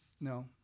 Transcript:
No